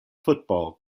football